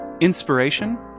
inspiration